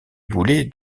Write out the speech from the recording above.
boulay